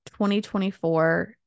2024